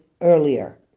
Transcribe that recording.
earlier